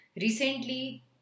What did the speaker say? Recently